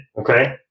okay